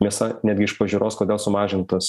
mėsa netgi iš pažiūros kodėl sumažintas